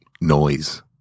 Noise